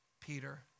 Peter